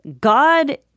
God